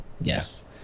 yes